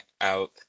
out